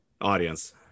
audience